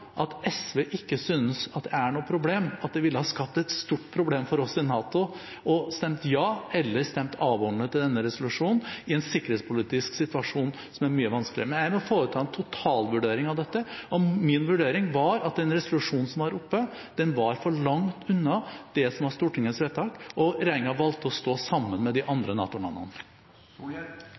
at SV ikke synes det er noe problem at det ville ha skapt et stort problem for oss i NATO å stemme ja eller stemme avholdende til denne resolusjonen, i en sikkerhetspolitisk situasjon som er mye vanskeligere. Jeg måtte foreta en totalvurdering av dette. Min vurdering var at den resolusjonen som var oppe, var for langt unna det som var Stortingets vedtak, og regjeringen valgte å stå sammen med de andre